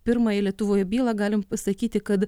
pirmąją lietuvoj bylą galime pasakyti kad